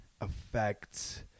affects